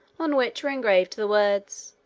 on which were engraved the words,